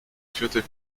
führte